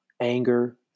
anger